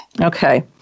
Okay